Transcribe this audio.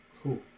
Cool